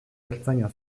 ertzaina